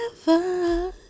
forever